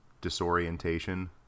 disorientation